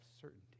certainty